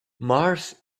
mars